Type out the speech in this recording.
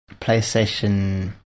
playstation